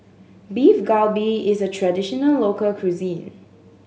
Beef Galbi is a traditional local cuisine